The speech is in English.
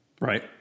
Right